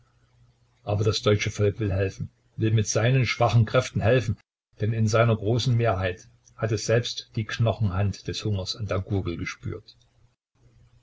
aber das deutsche volk will helfen will mit seinen schwachen kräften helfen denn in seiner großen mehrheit hat es selbst die knochenhand des hungers an der gurgel gespürt